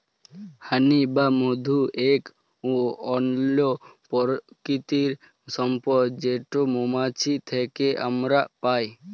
হানি বা মধু ইক অনল্য পারকিতিক সম্পদ যেট মোমাছি থ্যাকে আমরা পায়